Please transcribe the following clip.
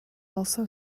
also